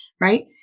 right